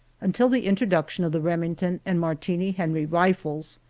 until the introduction of the remington and martini-henry rifles,